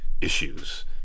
issues